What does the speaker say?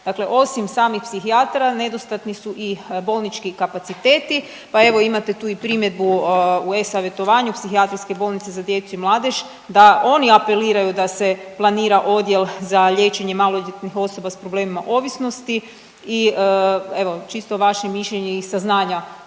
Dakle, osim samih psihijatara nedostani su i bolnički kapaciteti, pa evo imate tu i primjedbu u e-Savjetovanju Psihijatrijske bolnice za djecu i mladež da oni apeliraju da se planira odjel za liječenje maloljetnih osoba s problemima ovisnosti i evo čisto vaše mišljenje i saznanja